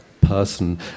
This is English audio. person